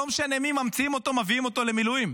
לא משנה מי, ממציאים אותו, מביאים אותו למילואים.